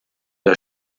der